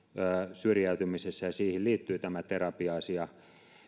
syrjäytymisessä ja siihen liittyy tämä terapia asia